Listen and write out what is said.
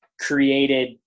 created